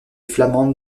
flamande